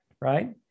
right